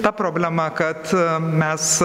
ta problema kad mes